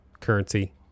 currency